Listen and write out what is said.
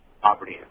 property